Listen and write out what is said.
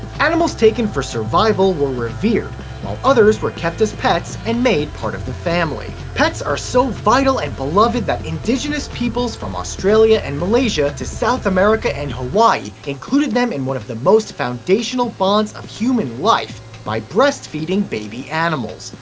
animals taken for survival were revered while others were kept as pets and made part of the family. pets are so vital and beloved that indigenous peoples from australia and malaysia to south america and hawaii included them in one of the most foundational bonds of human life by breast-feeding baby animals.